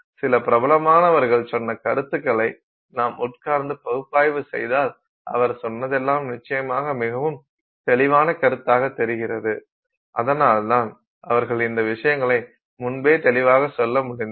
சில பிரபலமானவர்கள் சொன்னக் கருத்துக்களை நாம் உட்கார்ந்து பகுப்பாய்வு செய்தால் அவர் சொன்னதெல்லாம் நிச்சயமாக மிகவும் தெளிவான கருத்தாகத் தெரிகிறது அதனால் தான் அவர்கள் இந்த விஷயங்களை முன்பே தெளிவாக சொல்ல முடிந்தது